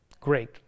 great